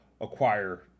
acquire